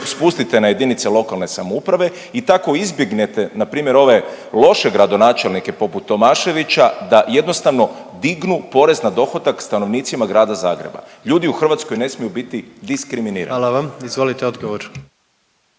spustite na jedinice lokalne samouprave i tako izbjegnete npr. ove loše gradonačelnike poput Tomaševića da jednostavno dignu porez na dohodak stanovnicima Grada Zagreba. Ljudi u Hrvatskoj ne smiju biti diskriminirani. **Jandroković, Gordan